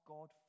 God